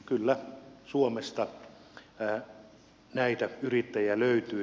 kyllä suomesta näitä yrittäjiä löytyy